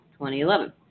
2011